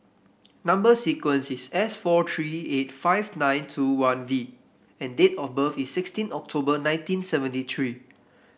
number sequence is S four three eight five nine two one V and date of birth is sixteen October nineteen seventy three